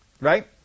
right